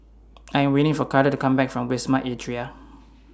I'm waiting For Carter to Come Back from Wisma Atria